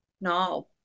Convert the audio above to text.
no